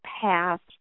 past